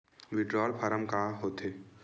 withdrawal form का होथेय